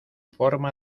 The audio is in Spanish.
forma